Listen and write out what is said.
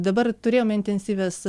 dabar turėjom intensyvias